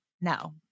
No